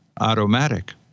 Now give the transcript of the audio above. automatic